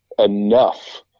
enough